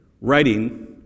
writing